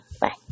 Bye